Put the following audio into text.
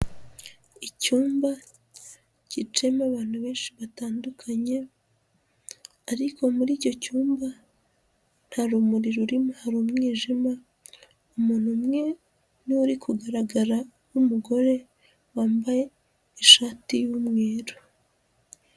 Icyumba cyicayemo abantu benshi batandukanye, ariko muri icyo cyumba nta rumuri rurimo hari umwijima, umuntu umwe niwe uri kugaragara ni umugore wambaye ishati y'umweru.